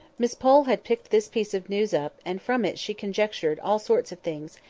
miss pole had picked this piece of news up, and from it she conjectured all sorts of things,